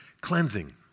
cleansing